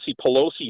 Pelosi